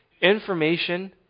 Information